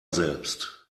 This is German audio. selbst